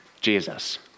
Jesus